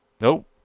Nope